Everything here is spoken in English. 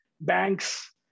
banks